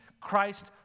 Christ